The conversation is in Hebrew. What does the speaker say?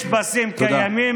יש פסים קיימים,